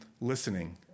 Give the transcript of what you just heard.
listening